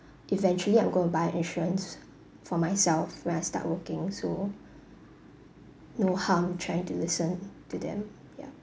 eventually I'm going to buy insurance for myself when I start working so no harm trying to listen to them yup